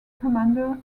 commander